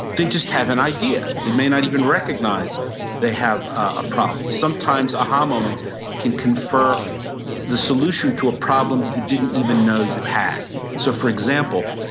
they just have an idea. they may not even recognize they have a problem. sometimes aha moments can confer the solution to a problem you didn't even know you had so for example.